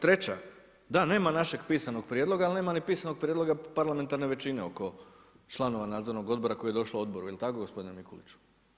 Treća, da nema našeg pisanog prijedloga ali nema ni pisanog prijedloga parlamentarne većine oko članova nadzornog odbora koji je došao odboru, je li tako gospodine Mikulću.